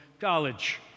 college